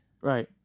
right